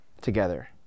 together